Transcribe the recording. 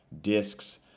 discs